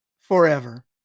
forever